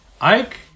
Ike